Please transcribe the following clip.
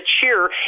cheer